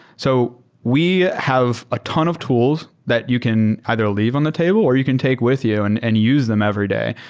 so we have a ton of tools that you can either leave on the table or you can take with you and and use them every day.